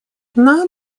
нам